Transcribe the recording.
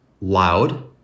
loud